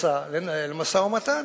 רוצה לנהל משא-ומתן,